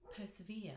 persevere